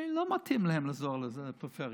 הם, לא מתאים להם לעזור לפריפריה,